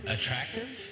Attractive